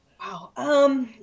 Wow